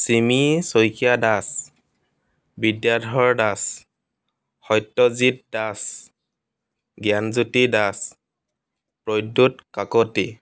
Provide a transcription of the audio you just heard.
Chimi Saikia Das Bidyadhar Das Satyajit Das Gyanjyoti Das Pradyut Kakati